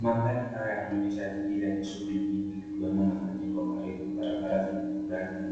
Mandhari haya yanaonyesha jiji yenye shughuli nyingi ikiwemo na majengo marefu. Barabara zenye maugani na